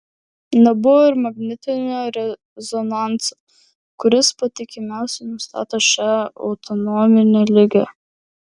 nebuvo ir magnetinio rezonanso kuris patikimiausiai nustato šią autoimuninę ligą